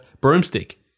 broomstick